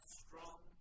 strong